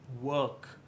work